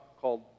called